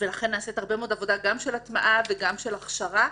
ולכן נעשית הרבה מאוד עבודה גם של הטמעה וגם של הכשרה,